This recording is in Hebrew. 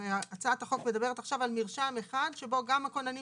הרי הצעת החוק מדברת עכשיו על מרשם אחד שבו גם הכוננים